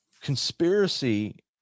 conspiracy